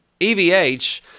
EVH